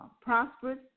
prosperous